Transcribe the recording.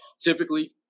typically